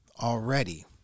already